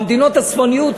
במדינות הצפוניות,